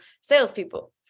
salespeople